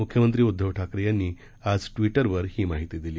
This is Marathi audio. मुख्यमंत्री उद्घव ठाकरे यांनी आज ट्वीटरवर ही माहिती दिली